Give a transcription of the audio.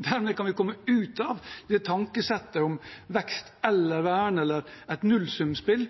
Dermed kan vi komme ut av tankesettet om vekst eller vern, eller et nullsumspill,